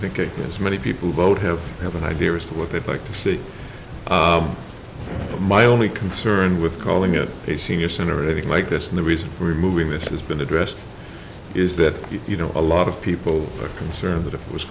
think as many people vote have have an idea as to what they'd like to see my only concern with calling it a senior center or anything like this and the reason for moving this has been addressed is that you know a lot of people are concerned that if it was